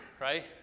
right